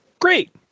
Great